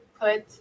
put